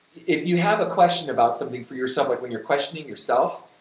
if you have a question about something for yourself like when you're questioning yourself,